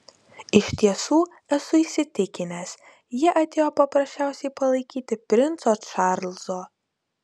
iš tiesų esu įsitikinęs ji atėjo paprasčiausiai palaikyti princo čarlzo